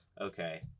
Okay